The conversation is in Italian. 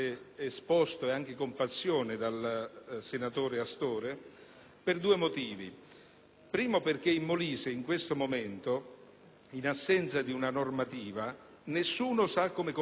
in assenza di una normativa nessuno sa come comportarsi, eccetto gli enti previdenziali, che naturalmente già stanno richiedendo i tributi e i contributi ai cittadini molisani.